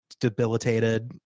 debilitated